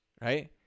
right